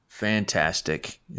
Fantastic